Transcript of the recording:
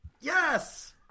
Yes